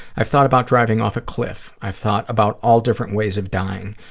i've thought about driving off a cliff. i've thought about all different ways of dying.